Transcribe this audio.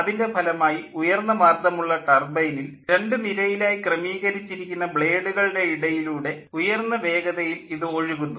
അതിൻ്റെ ഫലമായി ഉയർന്ന മർദ്ദമുള്ള ടർബൈനിൽ രണ്ടു നിരയിലായി ക്രമീകരിച്ചിരിക്കുന്ന ബ്ലേഡുകളുടെ ഇടയിലൂടെ ഉയർന്ന വേഗതയിൽ ഇത് ഒഴുകുന്നു